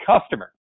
customer